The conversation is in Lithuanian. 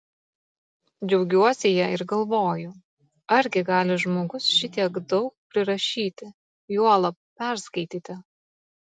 džiaugiuosi ja ir galvoju argi gali žmogus šitiek daug prirašyti juolab perskaityti